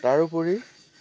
তাৰ উপৰি